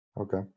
Okay